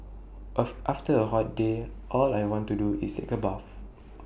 after A hot day all I want to do is take A bath